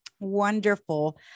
Wonderful